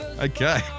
Okay